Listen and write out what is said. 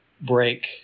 break